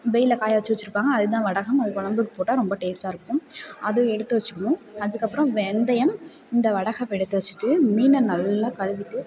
வெயிலில் காயவச்சு வைச்சிருப்பாங்க அதுதான் வடகம் அதில் வந்து போட்டால் ரொம்ப டேஸ்ட்டாக இருக்கும் அது எடுத்து வச்சிக்கணும் அதுக்கு அப்புறம் வெந்தயம் இந்த வடகம் எடுத்து வச்சிட்டு மீனை நல்லா கழுவிட்டு